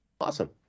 awesome